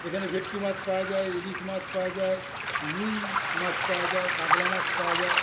এখানে ভেটকি মাছ পাওয়া যায় ইলিশ মাছ পাওয়া যায় রুই মাছ পাওয়া যায় কাতলা মাছ পাওয়া যায়